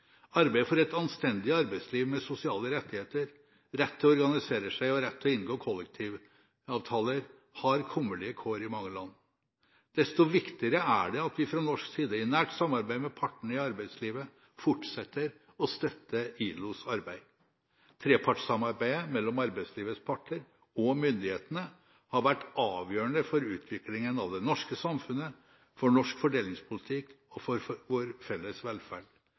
for et anstendig arbeidsliv med sosiale rettigheter, rett til å organisere seg og rett til å inngå kollektivavtaler har kummerlige kår i mange land. Desto viktigere er det at vi fra norsk side, i nært samarbeid med partene i arbeidslivet, fortsetter å støtte ILOs arbeid. Trepartssamarbeidet mellom arbeidslivets parter og myndighetene har vært avgjørende for utviklingen av det norske samfunnet, for norsk fordelingspolitikk og for vår felles velferd.